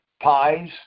pies